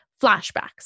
flashbacks